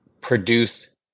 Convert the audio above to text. produce